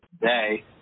today